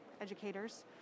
educators